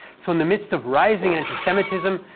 so in the midst of rising anti-semitism,